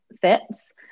fits